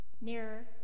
nearer